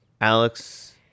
alex